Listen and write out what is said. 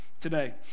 today